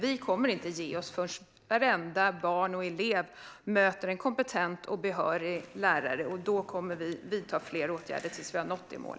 Vi kommer inte att ge oss förrän vartenda barn och varenda elev möter en kompetent och behörig lärare. Vi kommer att vidta fler åtgärder tills vi når detta mål.